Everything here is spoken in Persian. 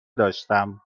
داشتم